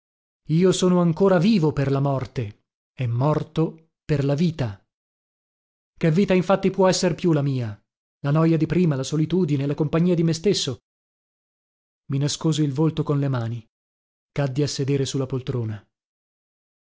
io sono ancora vivo per la morte e morto per la vita che vita infatti può esser più la mia la noja di prima la solitudine la compagnia di me stesso i nascosi il volto con le mani caddi a sedere su la poltrona